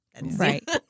Right